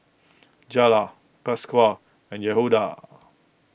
Jayla Pasquale and Yehuda